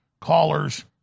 callers